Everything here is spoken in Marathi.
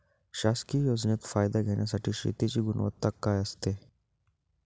शासकीय योजनेचा फायदा घेण्यासाठी शेतीची गुणवत्ता काय असते?